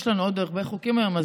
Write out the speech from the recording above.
יש לנו עוד הרבה חוקים היום,